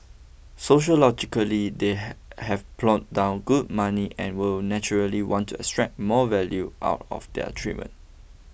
sociologically they have plonked down good money and would naturally want to extract more value out of their treatment